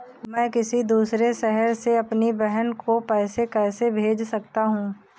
मैं किसी दूसरे शहर से अपनी बहन को पैसे कैसे भेज सकता हूँ?